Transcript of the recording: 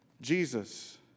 Jesus